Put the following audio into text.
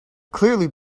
clearly